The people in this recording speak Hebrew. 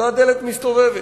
אותה דלת מסתובבת.